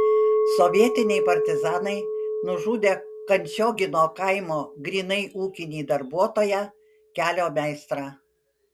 sovietiniai partizanai nužudė kančiogino kaimo grynai ūkinį darbuotoją kelio meistrą